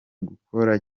gukora